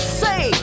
say